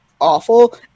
awful